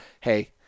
Hey